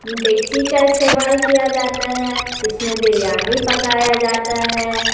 دیگچی کا استعمال کیا جاتا ہے جس میں بریانی پکایا جاتا ہے